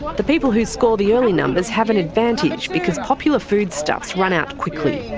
the people who score the early numbers have an advantage because popular foodstuffs run out quickly.